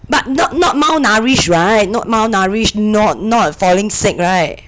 but not not malnourished [right] not malnourished not not falling sick [right]